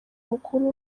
mukuru